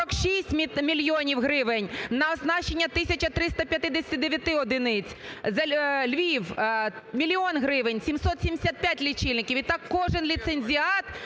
46 мільйонів гривень на оснащення тисяча 359 одиниць. Львів: мільйон гривень – 775 лічильників і так кожен ліцензіат